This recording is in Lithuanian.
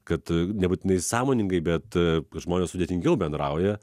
kad nebūtinai sąmoningai bet žmonės sudėtingiau bendrauja